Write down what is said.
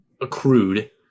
accrued